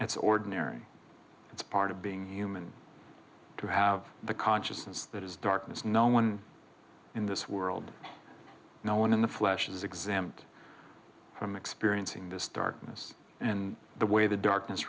as ordinary that's part of being human to have the consciousness that is darkness no one in this world no one in the flesh is exempt from experiencing this darkness and the way the darkness